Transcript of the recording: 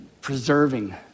preserving